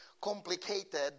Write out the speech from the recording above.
complicated